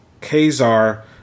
kazar